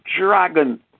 dragon